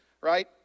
right